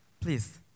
Please